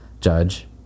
judge